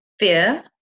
fear